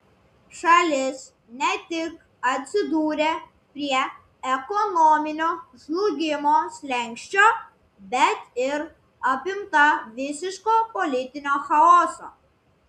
šalis ne tik atsidūrė prie ekonominio žlugimo slenksčio bet ir apimta visiško politinio chaoso